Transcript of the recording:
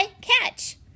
catch